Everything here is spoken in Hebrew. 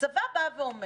הצבא אומר: